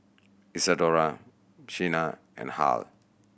Isadora Shenna and Hal